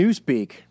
newspeak